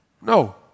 No